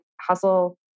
hustle